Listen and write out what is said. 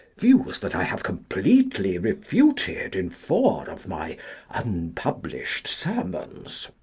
views that i have completely refuted in four of my unpublished sermons.